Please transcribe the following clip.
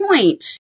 point